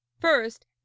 First